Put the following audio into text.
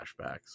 flashbacks